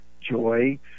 joy